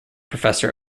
professor